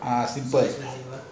ah simple